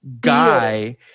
guy